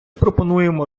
пропонуємо